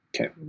Okay